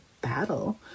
battle